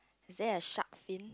then a shark fin